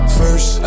first